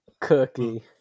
Cookie